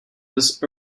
was